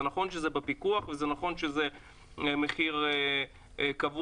נכון שזה בפיקוח ונכון שזה מחיר קבוע,